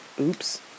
Oops